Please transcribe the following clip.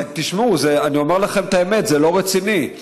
אבל תשמעו, אני אומר לכם את האמת, זה לא רציני.